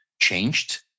changed